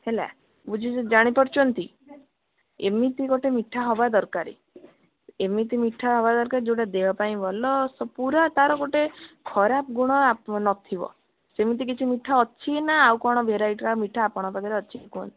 ହେଲା ବୁଝି ଜାଣିପାରୁଛନ୍ତି ଏମିତି ଗୋଟେ ମିଠା ହେବା ଦରକାର ଏମିତି ମିଠା ହେବା ଦରକାର ଯେଉଁଟା ଦେହ ପାଇଁ ଭଲ ତ ପୁରା ତାର ଗୋଟେ ଖରାପ ଗୁଣ ନଥିବ ସେମିତି କିଛି ମିଠା ଅଛି ନା ଆଉ କ'ଣ ଭେରାଇଟିର ମିଠା ଆପଣଙ୍କ ପାଖରେ ଅଛି କୁହନ୍ତୁ